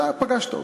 אתה פגשת אותו.